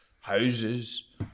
houses